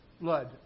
blood